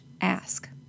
ask